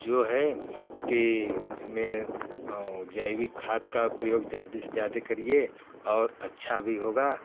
जो है कि उस में जैविक खाद का प्रयोग ज़्यादा से ज़्यादा करिए और अच्छा भी होगा